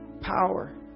power